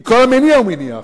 כי כל מניע הוא מניע אחר.